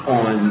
on